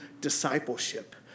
discipleship